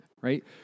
Right